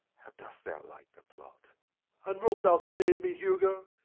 how dost thou like the plot and wilt thou save me, hugo?